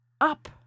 up